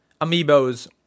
Amiibos